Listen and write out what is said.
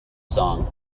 song